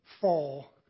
fall